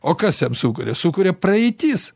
o kas jam sukuria sukuria praeitis